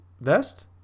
vest